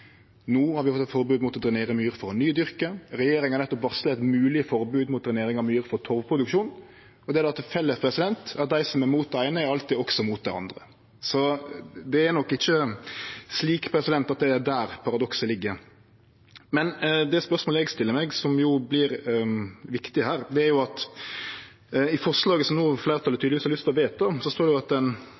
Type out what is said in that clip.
har vi fått eit forbod mot å drenere myr for å nydyrke. Regjeringa har nettopp varsla eit mogleg forbod mot drenering av myr for torvproduksjon. Dei har då til felles at dei som er imot det eine, alltid også er imot det andre. Det er nok ikkje slik at det er der paradokset ligg. Det spørsmålet eg stiller meg, som vert viktig her, er at det i forslaget som fleirtalet no tydelegvis har lyst til å vedta, står at det er viktig å ta vare på myr osv., og at